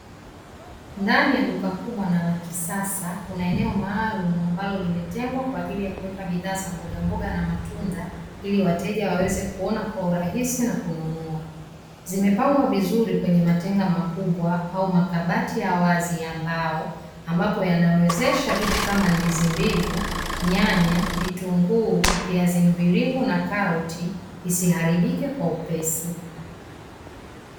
Ndani ya duka kubwa na la kisasa kuna eneo maalum ambalo limetengwa kwa ajili ya kuweka bidhaa za mbogamboga na matunda ili wateja waweze kuona kwa urahisi na kununua. Zimepangwa vizuri kwenye matenga makubwa au makabati ya wazi ya mbao ambapo yanawezesha vitu kama ndizi mbivu, nyanya, vitunguu, viazi mviringo na karoti isiharibike kwa upesi.